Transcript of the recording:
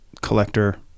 collector